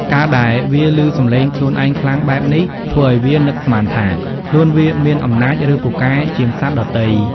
ការដែលវាឮសំឡេងខ្លួនឯងខ្លាំង បែបនេះធ្វើឱ្យវានឹកស្មានថាខ្លួនវាមានអំណាច ឬពូកែជាងសត្វដទៃ។